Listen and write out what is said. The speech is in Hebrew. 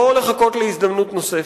לא לחכות להזדמנות נוספת,